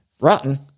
Rotten